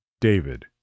David